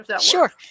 Sure